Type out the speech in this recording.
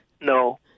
no